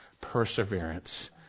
perseverance